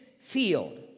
field